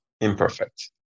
imperfect